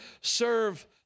serve